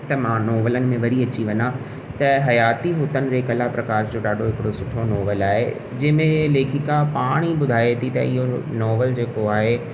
त मां नॉवेलनि में वरी अची वञा त हयाती हुतनिरे कला प्रकाश जो ॾाढो सुठो नॉवेल आहे जंहिं में लेखिका पाण ई ॿुधाए थी त इहो नॉवेल जेको आहे